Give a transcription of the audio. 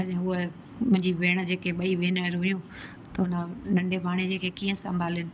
उहा मुंहिंजी भेण जेके ॿई भेनरूं हुयूं त हुन नंढे भाणेजे खे कीअं संभालिनि